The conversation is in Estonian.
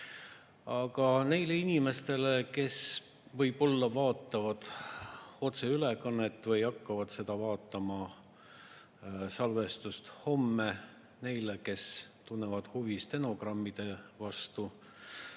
Aga neile inimestele, kes võib-olla vaatavad otseülekannet või hakkavad vaatama seda salvestust homme, ning neile, kes tunnevad huvi stenogrammide vastu,